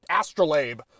astrolabe